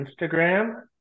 Instagram